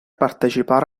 partecipare